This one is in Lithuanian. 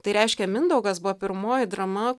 tai reiškia mindaugas buvo pirmoji drama